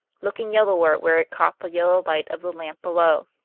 looking yellower where it caught the yellow light of the lamp below.